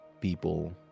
people